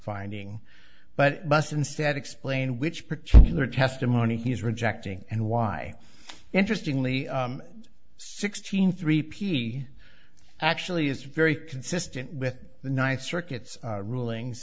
finding but must instead explain which particular testimony he's rejecting and why interestingly sixteen three p actually is very consistent with the ninth circuit's rulings